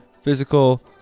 physical